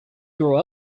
grow